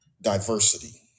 diversity